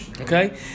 Okay